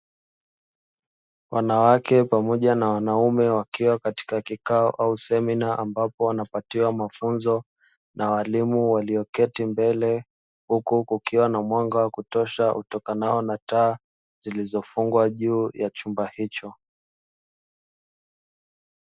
Wanawake pamoja na wanaume wakiwa katika kikao au semina, ambapo wanapatiwa mafunzo na walimu walioketi mbele; huku kukiwa na mwanga wa kutosha utokanao na taa zilizofungwa juu ya chumba hicho.